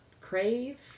Crave